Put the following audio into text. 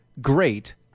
great